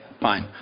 Fine